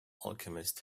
alchemist